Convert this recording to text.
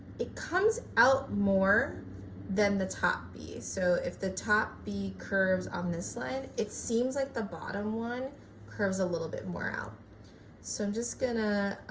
it comes out more than the top b so if the top b curves on this line it seems like the bottom one curves a little bit more out so i'm just gonna,